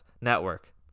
Network